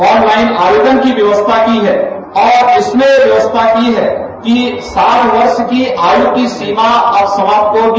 on line आवेदन की व्यवस्था की है और इसमें व्यवस्था की है कि साठ वर्ष की आयु की सीमा अब समाप्त होगी